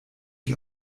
ich